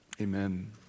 Amen